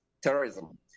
Terrorism